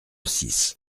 six